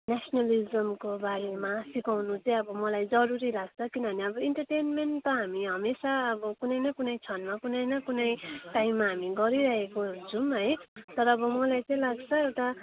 न्यास्नलिजमको बारेमा सिकाउनु चाहिँ मलाई जरुरी लाग्छ किनभने अब इन्टर्टेन्मेन्ट त हामी हमेसा अब कुनै न कुनै क्षणमा कुनै न कुनै टाइममा हामी गरिरहेको हुन्छौँ है तर अब मलाई चाहिँ लाग्छ एउटा